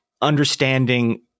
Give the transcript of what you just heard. understanding